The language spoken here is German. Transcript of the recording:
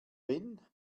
wenn